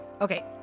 okay